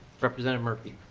representative murphy